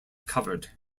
covered